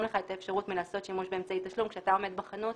לך את האפשרות מלעשות שימוש באמצעי תשלום כשאתה עומד בחנות